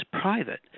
private